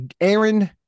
Aaron